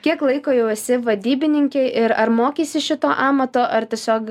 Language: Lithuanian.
kiek laiko jau esi vadybininkė ir ar mokeisi šito amato ar tiesiog